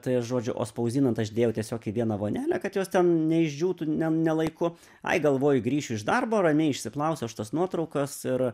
tai aš žodžiu o spausdinant aš dėjau tiesiog į vieną vonelę kad jos ten neišdžiūtų ne ne laiku ai galvoju grįšiu iš darbo ramiai išsiplausiu aš tas nuotraukas ir